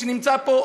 שנמצא פה,